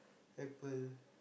apple